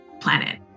planet